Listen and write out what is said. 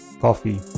coffee